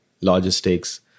logistics